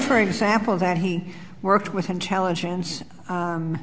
for example that he worked with intelligence